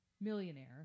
millionaire